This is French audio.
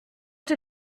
tes